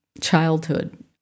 childhood